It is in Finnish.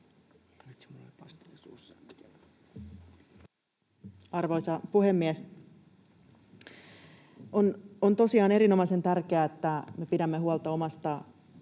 Arvoisa puhemies! On tosiaan erinomaisen tärkeää, että me pidämme huolta omasta